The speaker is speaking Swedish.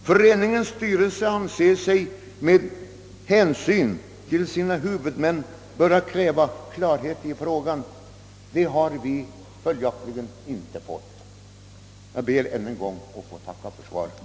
Föreningens styrelse anser sig med hänsyn till sina huvudmän böra kräva klarhet i denna fråga. Det har den inte fått. Jag ber ännu en gång att få tacka för svaret.